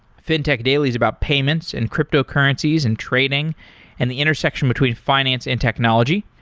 fintech daily is about payments and cryptocurrencies and trading and the intersection between finance and technology.